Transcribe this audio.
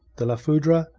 the la foudre,